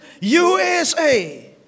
USA